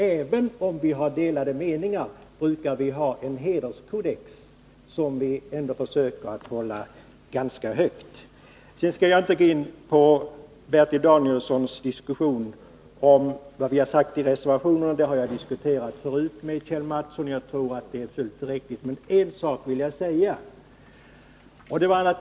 Även om vi har delade meningar brukar vi försöka hålla vår hederskodex högt. Jag skall inte gå in på Bertil Danielssons diskussion om vad vi uttalat i vår reservation — det har jag redan diskuterat med Kjell Mattsson. Jag tror att det är fullt tillräckligt. Men en sak vill jag säga.